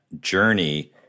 journey